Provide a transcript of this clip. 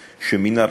שמן הראוי,